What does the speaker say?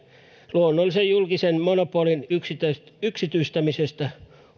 luonnollisen julkisen monopolin yksityistämisestä yksityistämisestä